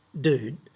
dude